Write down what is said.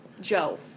Joe